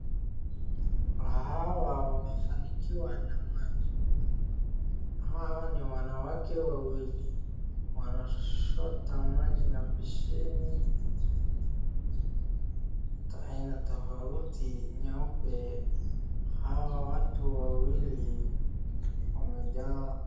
Hawa wamefanikiwa na maji. Hawa ni wanawake wawili wanachota maji na besheni za aina tofauti nyeupe. Hawa watu wawili wamejawa...